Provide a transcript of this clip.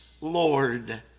Lord